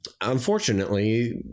Unfortunately